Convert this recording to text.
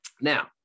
Now